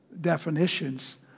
definitions